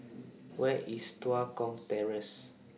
Where IS Tua Kong Terrace